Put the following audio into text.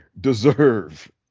deserve